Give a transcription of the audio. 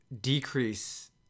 decrease